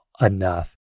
enough